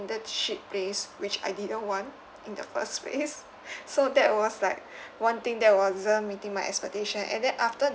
an internship place which I didn't want in the first place so that was like one thing that wasn't meeting my expectation and then after